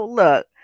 look